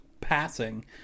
passing